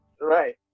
Right